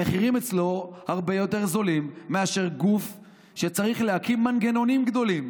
המחירים אצלה הרבה יותר נמוכים מאשר גוף שצריך להקים מנגנונים גדולים